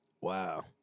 Wow